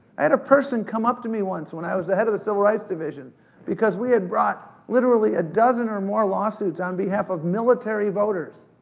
and a person come up to me once when i was the head of the civil rights division because we had brought literally a dozen or more lawsuits on behalf of military voters